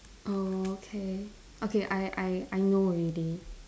okay okay I I I know already